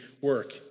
work